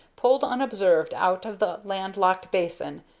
pulled unobserved out of the land-locked basin,